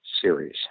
series